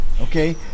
Okay